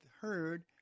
heard